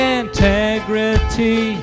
integrity